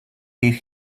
give